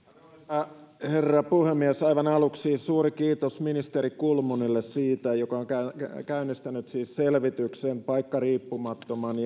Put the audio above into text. arvoisa herra puhemies aivan aluksi suuri kiitos ministeri kulmunille siitä että hän on käynnistänyt selvityksen paikkariippumattoman